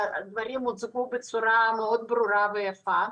הדברים הוצגו בצורה מאוד ברורה ויפה.